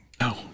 No